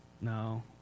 No